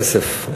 כסף.